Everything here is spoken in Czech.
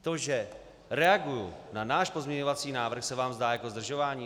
To, že reaguji na náš pozměňovací návrh, se vám zdá jako zdržování?